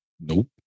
Nope